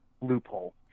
loophole